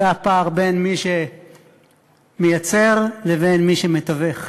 זה הפער בין מי שמייצר לבין מי שמתווך.